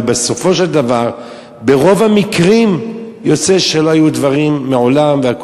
ובסופו של דבר ברוב המקרים יוצא שלא היו דברים מעולם והכול